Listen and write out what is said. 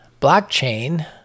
blockchain